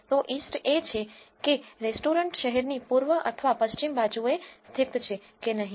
તો east એ છે કે રેસ્ટોરન્ટ શહેરની પૂર્વ અથવા પશ્ચિમ બાજુએ સ્થિત છે કે નહીં